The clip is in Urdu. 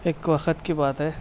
ایک وقت کی بات ہے